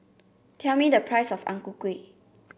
tell me the price of Ang Ku Kueh